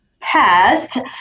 test